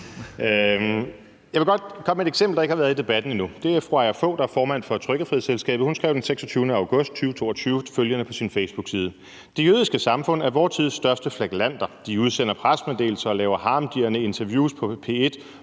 Jeg vil godt komme med et eksempel, der ikke har været i debatten endnu. Fru Aia Fog, der er formand for Trykkefrihedsselskabet, skrev den 26. august 2022 følgende på sin facebookprofil: »Det Jødiske Samfund er vor tids største flagellanter: de udsender pressemeddelelser og laver harmdirrende interviews på P1